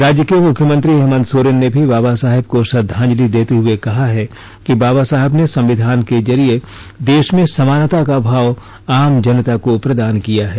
राज्य के मुख्यमंत्री हेमंत सोरेन ने भी बाबा साहेब को श्रद्वांजलि देते हुए कहा है कि बाबा साहेब ने संविधान के जरीये देश में समानता का भाव आम जनता को प्रदान किया है